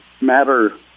matter